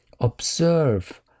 observe